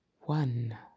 one